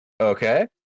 okay